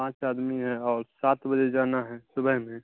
پانچ آدمی ہیں اور سات بجے جانا ہے صبح میں